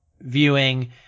viewing